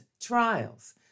trials